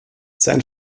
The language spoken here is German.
sein